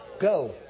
go